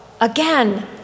again